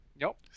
Nope